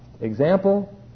Example